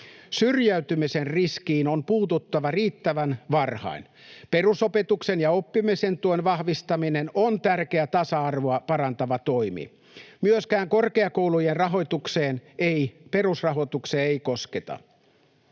Syrjäytymisen riskiin on puututtava riittävän varhain. Perusopetuksen ja oppimisen tuen vahvistaminen on tärkeä tasa-arvoa parantava toimi. Myöskään korkeakoulujen perusrahoitukseen ei kosketa.